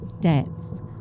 depth